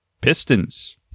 Pistons